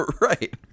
Right